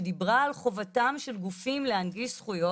שדיברה על חובתם של גופים להנגיש זכויות.